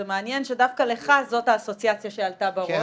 זה מעניין שדווקא לך זאת האסוציאציה שעלתה בראש.